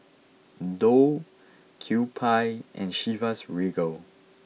Doux Kewpie and Chivas Regal